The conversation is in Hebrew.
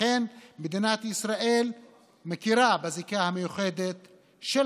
לכן: מדינת ישראל מכירה בזיקה המיוחדת של